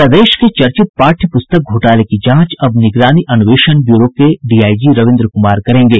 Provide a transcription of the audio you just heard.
प्रदेश के चर्चित पाठ्य पुस्तक घोटाले की जांच अब निगरानी अन्वेषण ब्यूरो के डीआईजी रविन्द्र कुमार करेंगे